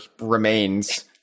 remains